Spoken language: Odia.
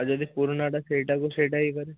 ଆଉ ଯଦି ପୁରୁଣାଟା ସେଇଟାକୁ ସେଇଟା ଇଏ କରେ